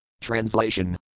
Translation